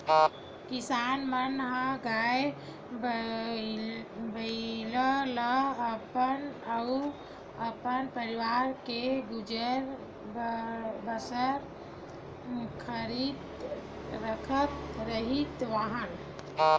किसान मन ह गाय, बइला ल अपन अउ अपन परवार के गुजर बसर खातिर राखत रिहिस हवन